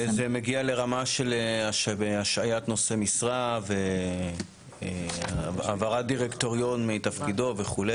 זה מגיע לרמה של השעיית נושא משרה והעברת דירקטוריון מתפקידו וכו'.